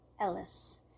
Ellis